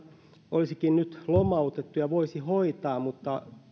olisikin nyt lomautettu ja voisi hoitaa mutta